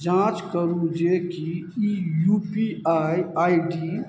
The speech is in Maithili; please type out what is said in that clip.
जाँच करू जेकि ई U P I I D